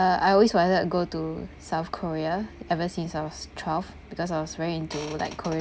uh I always wanted to go to south korea ever since I was twelve because I was very into like korean